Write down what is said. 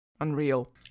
Unreal